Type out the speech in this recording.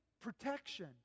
protection